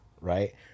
right